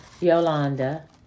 Yolanda